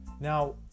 Now